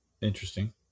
Interesting